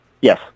Yes